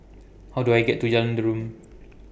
How Do I get to Jalan Derum